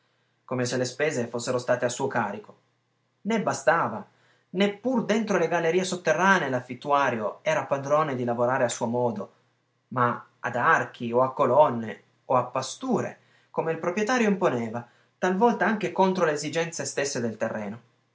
come se le spese fossero state a suo carico né bastava neppur dentro le gallerie sotterranee l'affittuario era padrone di lavorare a suo modo ma ad archi o a colonne o a pasture come il proprietario imponeva talvolta anche contro le esigenze stesse del terreno